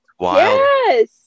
Yes